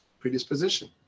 Predisposition